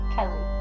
Kelly